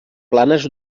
planes